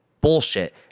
bullshit